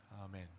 Amen